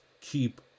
keep